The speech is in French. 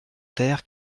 terre